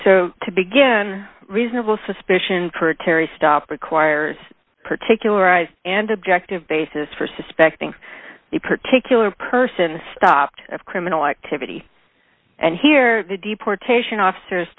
to begin reasonable suspicion for terry stop requires particularized and objective basis for suspecting a particular person stopped of criminal activity and here the deportation officers